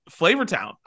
Flavortown